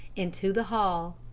into the hall,